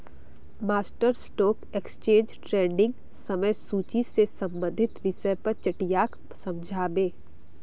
master stock exchange ट्रेडिंगक समय सूची से संबंधित विषय पर चट्टीयाक समझा बे